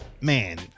man